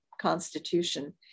constitution